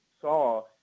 saw